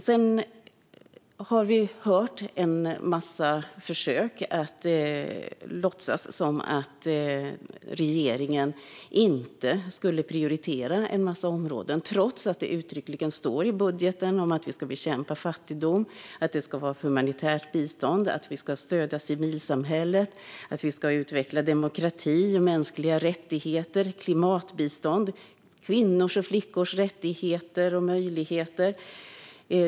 Sedan har vi hört en massa försök att låtsas som om regeringen inte prioriterar en massa områden trots att det uttryckligen står i budgeten om att vi ska bekämpa fattigdom, att det ska vara humanitärt bistånd, att vi ska stödja civilsamhället, att vi ska utveckla demokrati och mänskliga rättigheter, klimatbistånd och kvinnors och flickors rättigheter och möjligheter.